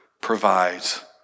provides